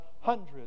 hundreds